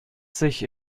sich